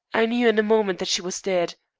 i knew in a moment that she was dead.